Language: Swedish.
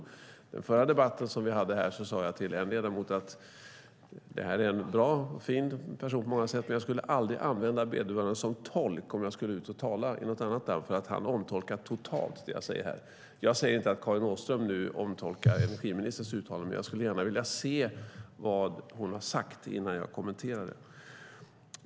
Under den förra debatten vi hade här sade jag till en ledamot att han var en bra och fin person på många sätt men att jag aldrig skulle använda vederbörande som tolk om jag skulle ut och tala i något annat land eftersom han totalt omtolkar det jag säger här. Jag säger inte att Karin Åström nu omtolkar energiministerns uttalande, men jag skulle gärna vilja se vad hon har sagt innan jag kommenterar det.